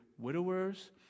widowers